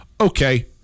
Okay